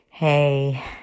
Hey